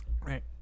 Right